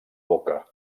boca